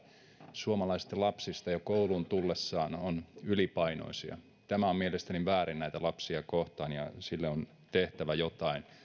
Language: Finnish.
suomalaisista lapsista jo kouluun tullessaan on ylipainoisia tämä on mielestäni väärin näitä lapsia kohtaan ja sille on tehtävä jotain